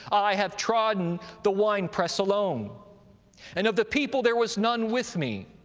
i have trodden the winepress alone and of the people there was none with me.